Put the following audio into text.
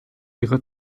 ihre